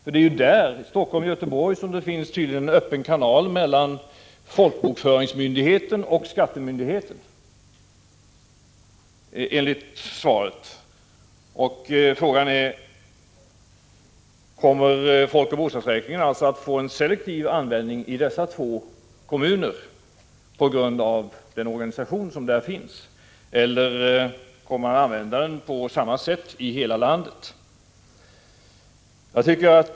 I Helsingfors och Göteborg finns det tydligen en öppen kanal mellan folkbokföringsmyndigheten och skattemyndigheten, enligt svaret. Frågan är: Kommer folkoch bostadsräkningen att få en selektiv användning i dessa två kommuner på grund av den organisation som där finns, eller kommer den att användas på samma sätt i hela landet?